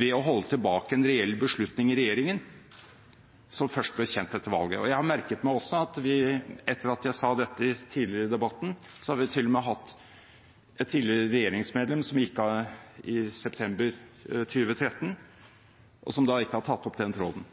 ved å holde tilbake en reell beslutning i regjeringen, som først ble kjent etter valget. Jeg har også merket meg at vi – etter at jeg sa dette tidligere i debatten – til og med har hatt, her i salen, et tidligere regjeringsmedlem, som gikk av i september 2013, og som ikke har tatt opp den tråden.